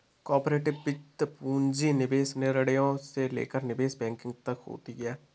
corporate वित्त पूंजी निवेश निर्णयों से लेकर निवेश बैंकिंग तक होती हैं